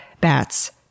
bats